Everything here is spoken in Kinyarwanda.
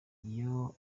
iyo